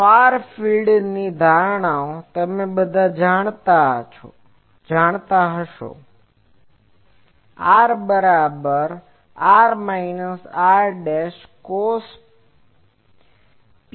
હવે ફાર ફિલ્ડની ધારણાઓ તમે બધા જાણો છો કે R બરાબર છે r minus r cos psi છે